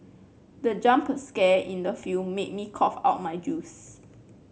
the jump scare in the film made me cough out my juice